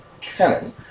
canon